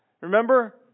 Remember